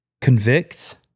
convict